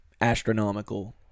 astronomical